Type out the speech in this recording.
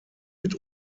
mit